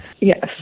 Yes